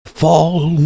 fall